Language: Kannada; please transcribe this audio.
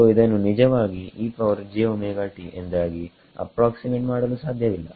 ಸೋಇದನ್ನು ನಿಜವಾಗಿ ಎಂದಾಗಿ ಅಪ್ರಾಕ್ಸಿಮೇಟ್ ಮಾಡಲು ಸಾಧ್ಯವಿಲ್ಲ